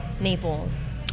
Naples